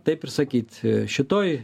taip sakyt šitoj